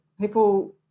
people